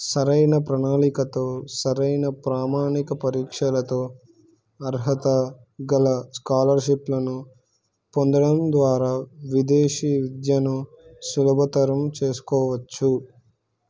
సరైన ప్రణాళికతో సరైన ప్రామానిక పరీక్షలతో అర్హత గల స్కాలర్షిప్లును పొందడం ద్వారా విదేశీ విద్యను సులభతరం చేసుకోవచ్చు